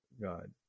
god